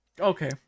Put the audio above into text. Okay